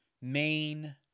main